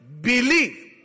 believe